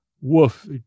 woof